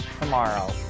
tomorrow